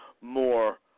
more